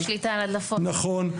נכון,